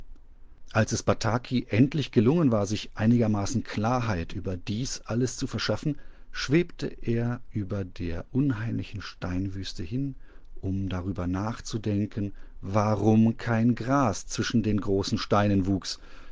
als es bataki endlich gelungen war sich einigermaßen klarheit über dies alles zu verschaffen schwebte er über der unheimlichen steinwüste hin um darüber nachzudenken warum kein gras zwischen den großen steinen wuchs